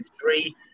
three